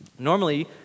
Normally